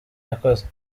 yakoze